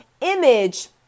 image